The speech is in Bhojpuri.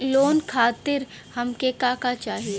लोन खातीर हमके का का चाही?